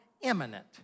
imminent